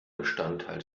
bestandteil